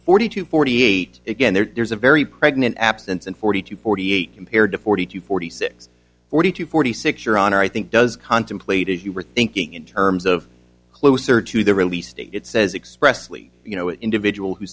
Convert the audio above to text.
forty two forty eight again there's a very pregnant absence and forty two forty eight compared to forty two forty six forty two forty six your honor i think does contemplate if you are thinking in terms of closer to the release date it says expressly you know individual who